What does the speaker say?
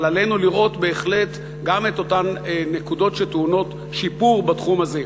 אבל עלינו לראות בהחלט גם את אותן נקודות שטעונות שיפור בתחום הזה.